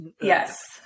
yes